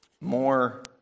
More